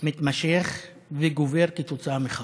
מתמשך וגובר כתוצאה מכך.